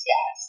Yes